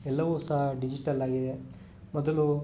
ಎಲ್ಲವೂ ಸಹ ಡಿಜಿಟಲ್ಲಾಗಿದೆ ಮೊದಲು